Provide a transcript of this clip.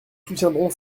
soutiendrons